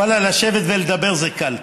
ואללה, לשבת ולדבר זה קל.